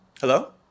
Hello